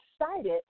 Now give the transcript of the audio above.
excited